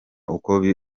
uko